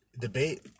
debate